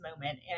moment